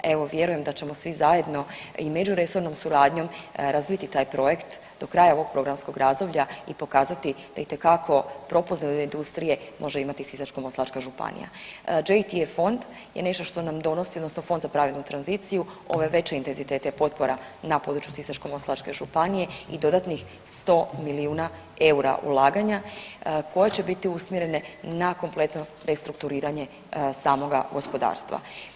Evo vjerujem da ćemo svi zajedno i međuresornom suradnjom razviti taj projekt do kraja ovog programskog razdoblja i pokazati da itekako propulzivne industrije može imati i Sisačko-moslavačka županija. … [[Govornica se ne razumije.]] fond je nešto što nam donosi, odnosno fond za pravednu tranziciju ove veće intenzitete potpora na području Sisačko-moslavačke županije i dodatnih 100 milijuna eura ulaganja koje će biti usmjerene na kompletno restrukturiranje samoga gospodarstva.